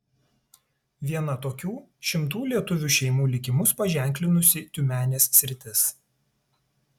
viena tokių šimtų lietuvių šeimų likimus paženklinusi tiumenės sritis